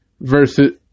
versus